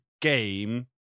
game